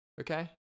Okay